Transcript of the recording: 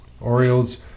Orioles